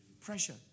Pressure